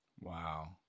Wow